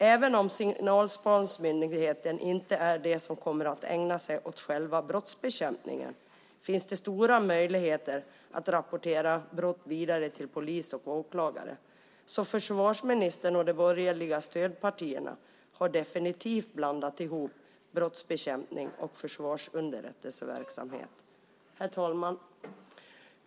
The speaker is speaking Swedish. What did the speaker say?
Även om signalspaningsmyndigheten inte är den som kommer att ägna sig åt själva brottsbekämpningen finns det stora möjligheter att rapportera brott vidare till polis och åklagare. Försvarsministern och de borgerliga stödpartierna har alltså definitivt blandat ihop brottsbekämpning och försvarsunderrättelseverksamhet. Herr talman!